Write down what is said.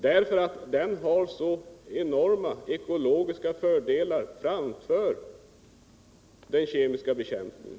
Den har nämligen enorma ekologiska fördelar framför den kemiska bekämpningen.